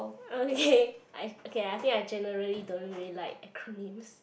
okay I okay I think generally don't really like acronyms